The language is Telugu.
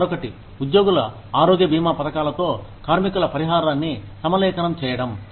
మరొకటి ఉద్యోగుల ఆరోగ్య బీమా పథకాలతో కార్మికుల పరిహారాన్ని సమలేఖనం చేయడం